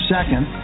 Second